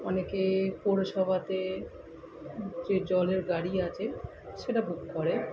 অনেকে পৌরসভাতে যে জলের গাড়ি আছে সেটা বুক করে